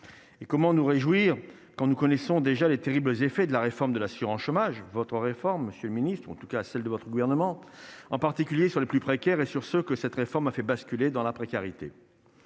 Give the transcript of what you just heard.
et comment nous réjouir quand nous connaissons déjà les terribles effets de la réforme de l'assurance chômage, votre réforme, Monsieur le Ministre, en tout cas celle de votre gouvernement, en particulier sur les plus précaires, et sur ce que cette réforme a fait basculer dans la précarité,